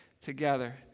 together